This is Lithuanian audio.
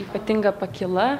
ypatinga pakyla